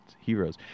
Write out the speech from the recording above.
heroes